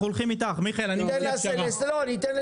מיכאל, אני מציע פשרה.